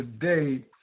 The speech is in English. today